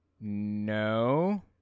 No